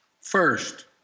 First